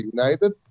United